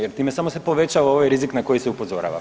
Jer time samo se povećava ovaj rizik na koji se upozorava.